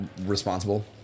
responsible